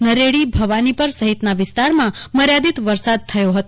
નરેડી ભવાનીપર સહિતના વિસ્તારમાં મર્યાદિત વરસાદ થયો હતો